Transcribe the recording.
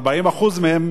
40% מהן,